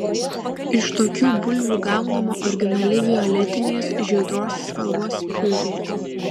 iš tokių bulvių gaunama originali violetinės žydros spalvos piurė